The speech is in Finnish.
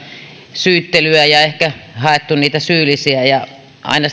syyttelyä ja on ehkä haettu niitä syyllisiä aina